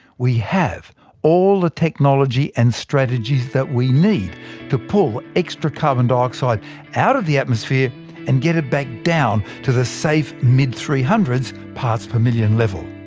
we have all the technology and strategies that we need to pull extra carbon dioxide out of the atmosphere and get it back down to the safe mid three hundred parts per million level.